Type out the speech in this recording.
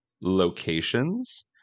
locations